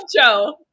Joe